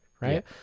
right